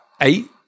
eight